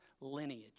lineage